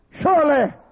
Surely